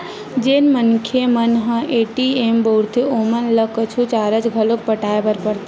जेन मनखे मन ह ए.टी.एम बउरथे ओमन ल कुछु चारज घलोक पटाय बर परथे